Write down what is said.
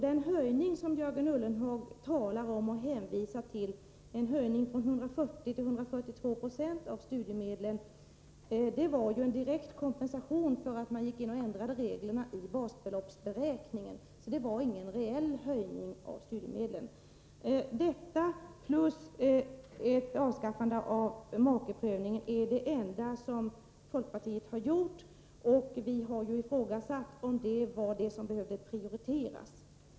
Den höjning som Jörgen Ullenhag hänvisar till, en höjning från 140 till 142 Jo, var en direkt kompensation för att reglerna i basbeloppsberäkningen ändrades. Så det var ingen reell höjning av studiemedlen. Detta plus ett avskaffande av äktamakeprövningen är det enda som folkpartiet har gjort. Vi har ifrågasatt om det var detta som behövde prioriteras.